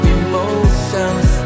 emotions